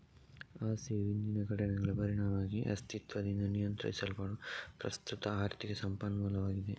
ಆಸ್ತಿಯು ಹಿಂದಿನ ಘಟನೆಗಳ ಪರಿಣಾಮವಾಗಿ ಅಸ್ತಿತ್ವದಿಂದ ನಿಯಂತ್ರಿಸಲ್ಪಡುವ ಪ್ರಸ್ತುತ ಆರ್ಥಿಕ ಸಂಪನ್ಮೂಲವಾಗಿದೆ